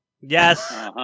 Yes